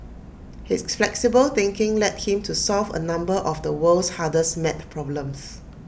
his flexible thinking led him to solve A number of the world's hardest maths problems